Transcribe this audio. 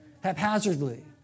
haphazardly